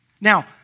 Now